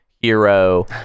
hero